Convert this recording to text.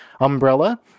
umbrella